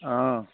অঁ